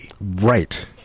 right